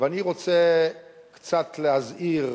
ואני רוצה קצת להזכיר